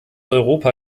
europa